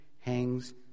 hangs